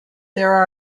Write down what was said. there